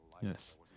Yes